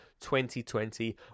2020